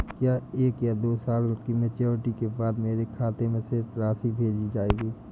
क्या एक या दो साल की मैच्योरिटी के बाद मेरे खाते में राशि भेज दी जाएगी?